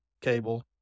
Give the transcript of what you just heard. cable